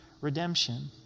redemption